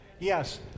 Yes